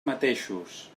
mateixos